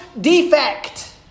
defect